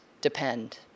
depend